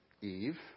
Eve